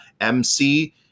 MC